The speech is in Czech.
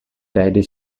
tehdy